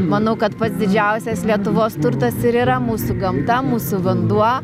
manau kad pats didžiausias lietuvos turtas ir yra mūsų gamta mūsų vanduo